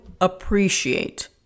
appreciate